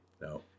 No